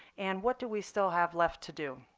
and what do we still have left to do.